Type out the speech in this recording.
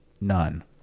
None